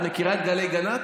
את מכירה את גלי גנ"צ?